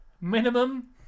Minimum